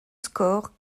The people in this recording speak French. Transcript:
score